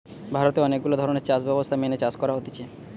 ভারতে অনেক গুলা ধরণের চাষ ব্যবস্থা মেনে চাষ করা হতিছে